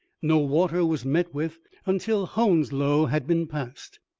no water was met with until hounslow had been passed.